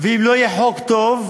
ואם לא יהיה חוק טוב,